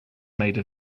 made